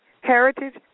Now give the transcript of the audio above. heritage